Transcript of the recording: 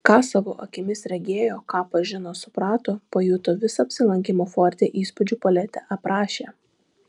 ką savo akimis regėjo ką pažino suprato pajuto visą apsilankymo forte įspūdžių paletę aprašė